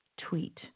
tweet